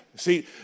See